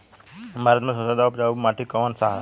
भारत मे सबसे ज्यादा उपजाऊ माटी कउन सा ह?